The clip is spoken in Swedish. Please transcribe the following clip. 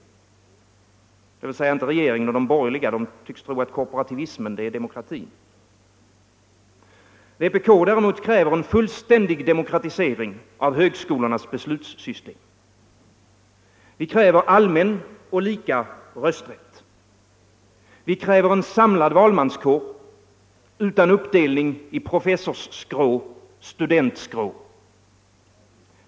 Dvs. inte regeringen och de borgerliga, de tycks tro att korporativismen är demokrati. Vpk däremot kräver en fullständig demokratisering av högskolornas beslutssystem. Vi kräver allmän och lika rösträtt. Vi kräver en samlad valmanskår utan uppdelning i professorsskrå och studentskrå.